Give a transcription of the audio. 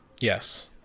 Yes